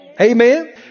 Amen